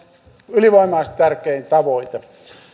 ylivoimaisesti tärkein tavoite